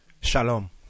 Shalom